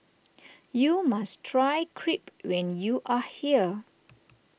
you must try Crepe when you are here